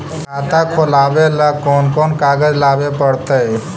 खाता खोलाबे ल कोन कोन कागज लाबे पड़तै?